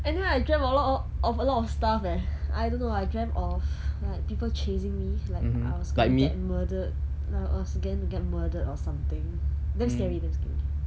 anyway I dreamt a lot o~ of a lot of stuff eh I don't know I dreamt of like people chasing me like I was gonna get murdered like I was gonna get murdered or something damn scary damn scary